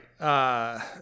right